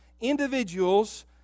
individuals